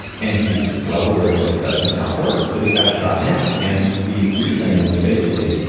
and he's well aware of what it does and how it works, but it got shot down. and the reasoning was basically,